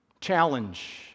challenge